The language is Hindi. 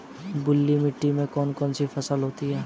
बलुई मिट्टी में कौन कौन सी फसल होती हैं?